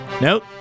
Nope